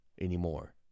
anymore